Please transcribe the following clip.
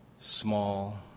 Small